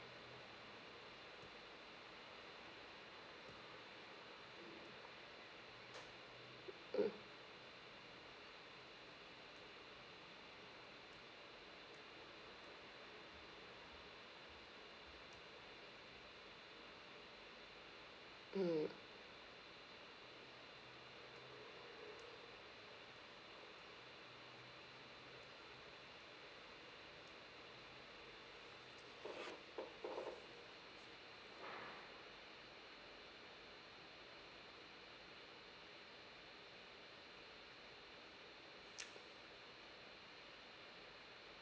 mm mm